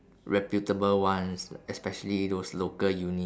reputable ones li~ especially those local uni